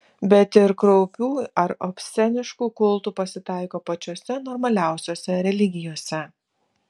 bet ir kraupių ar obsceniškų kultų pasitaiko pačiose normaliausiose religijose